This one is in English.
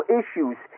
issues